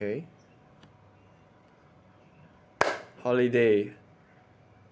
K holiday